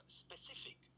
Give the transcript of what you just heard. specific